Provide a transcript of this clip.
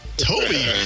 Toby